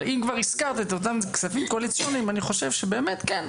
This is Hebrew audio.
אבל אם כבר הזכרת את אותם כספים קואליציוניים אני חושב שבאמת כן,